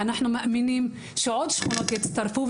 וכך אנחנו מאמינים שעוד שכונות יצטרפו.